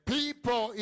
people